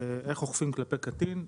איך אוכפים כלפי קטין,